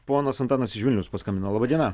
ponas antanas julius paskambino laba diena